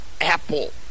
Apple